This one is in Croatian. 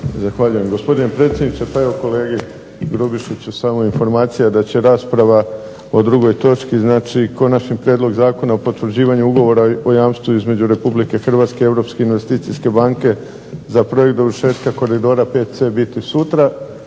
Zahvaljujem gospodine predsjedniče. Pa evo kolegi Grubišiću samo informacija da će rasprava o drugoj točki znači Konačni prijedlog Zakona o potvrđivanju ugovora o jamstvu između Republike Hrvatske i Europske investicijske banke za projekt dovršetka koridora VC biti sutra,